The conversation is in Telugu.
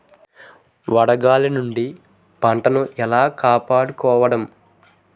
వడగాలి నుండి పంటను ఏలా కాపాడుకోవడం?